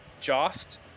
Jost